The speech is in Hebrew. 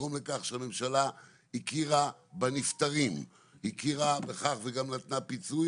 לגרום לכך שהממשלה הכירה בנפטרים וגם נתנה פיצוי,